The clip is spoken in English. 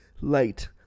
light